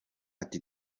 ati